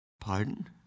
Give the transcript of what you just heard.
Pardon